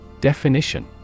Definition